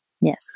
Yes